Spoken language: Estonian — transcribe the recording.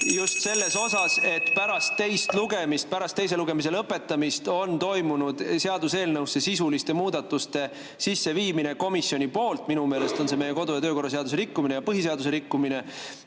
Just selles osas, et pärast teist lugemist, pärast teise lugemise lõpetamist on komisjon seaduseelnõusse sisse viinud sisulisi muudatusi. Minu meelest on see meie kodu- ja töökorra seaduse rikkumine ja põhiseaduse rikkumine.